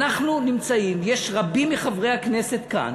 אנחנו נמצאים, יש רבים מחברי הכנסת כאן